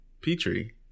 Petri